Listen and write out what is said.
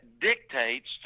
dictates